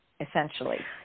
essentially